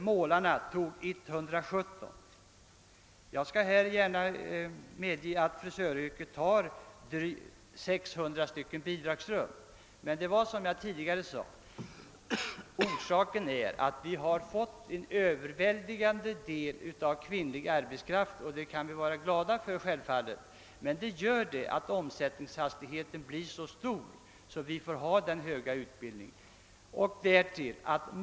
Målarna tog 117 rum i anspråk. Jag skall gärna medge att frisöryrket tar ca 600 bidragsrum, men orsaken till detta är, som jag tidigare sade, att en övervägande del av arbetskraften är kvinnlig, vilket vi självfallet kan vara glada för. Detta medför emellertid att omsättningshastigheten blir stor och ati vi måste ha den höga utbildningsnivå som vi har.